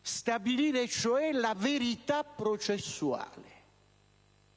stabilire cioè la verità processuale.